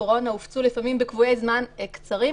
הקורונה הופצו לפעמים בקבועי זמן קצרים,